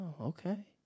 okay